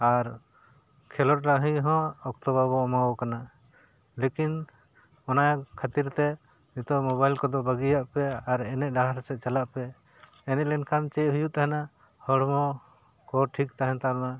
ᱟᱨ ᱠᱷᱮᱞᱳᱰ ᱰᱟᱺᱦᱤ ᱦᱚᱸ ᱚᱠᱛᱚ ᱵᱟᱵᱚ ᱮᱢᱟᱣᱟᱠᱟᱱᱟ ᱞᱮᱠᱤᱱ ᱚᱱᱟ ᱠᱷᱟᱹᱛᱤᱨ ᱛᱮ ᱱᱤᱛᱚᱜ ᱢᱳᱵᱟᱭᱤᱞ ᱠᱚᱫᱚ ᱵᱟᱹᱜᱤᱭᱟᱜ ᱯᱮ ᱟᱨ ᱮᱱᱮᱡ ᱰᱟᱦᱟᱨ ᱥᱮᱡ ᱪᱟᱞᱟᱜ ᱯᱮ ᱮᱱᱮᱡ ᱞᱮᱱᱠᱷᱟᱱ ᱪᱮᱫ ᱦᱩᱭᱩᱜ ᱛᱟᱦᱮᱱᱟ ᱦᱚᱲᱢᱚ ᱠᱚ ᱴᱷᱤᱠ ᱛᱟᱦᱮᱱ ᱛᱟᱢᱟ